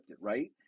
Right